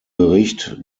bericht